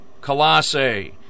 Colossae